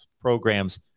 programs